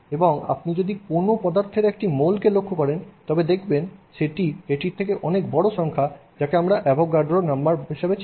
এবং যদি আপনি কোনও পদার্থের একটি মোলকে লক্ষ্য করেন তবে দেখবেন সেটি এটির থেকে অনেক বড় সংখ্যা যাকে আমরা অ্যাভোগাড্রো নাম্বার হিসেবে চিনি